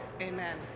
Amen